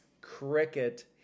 Cricket